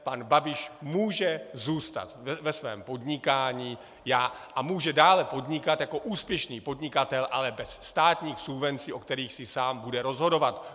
Pan Babiš může zůstat ve svém podnikání a může dále podnikat jako úspěšný podnikatel, ale bez státních subvencí, o kterých si sám bude rozhodovat.